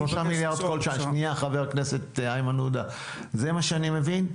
זה מה שאני מבין.